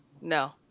no